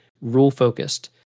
rule-focused